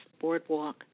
boardwalk